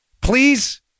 please